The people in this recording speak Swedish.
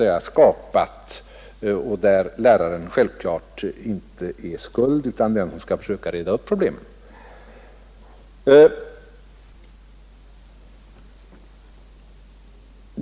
Självklart är läraren inte skuld till problemen utan i stället den som skall försöka reda upp svårigheterna.